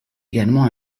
également